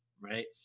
right